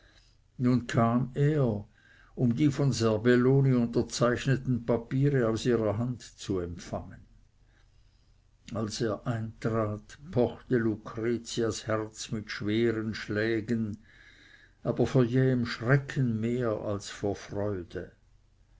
nun kam er um die von serbelloni unterzeichneten papiere aus ihrer hand zu empfangen als er eintrat pochte lucretias herz mit schweren schlägen aber vor jähem schrecken mehr als vor freude